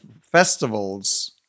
festivals